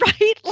right